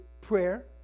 prayer